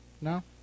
No